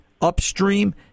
upstream